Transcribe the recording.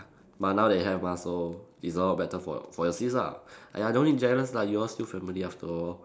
but now they have mah so it's a lot better for for your sis ah !aiya! no need jealous lah you all still family after all